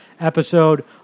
episode